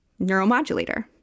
neuromodulator